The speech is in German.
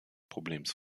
problems